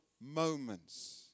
moments